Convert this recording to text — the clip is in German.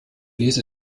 lese